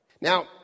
Now